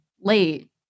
Late